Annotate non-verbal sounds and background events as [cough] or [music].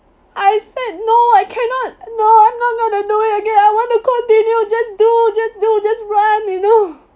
I said no I cannot no I'm not gonna do it again I want to continue just do just do just run you know [breath]